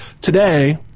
today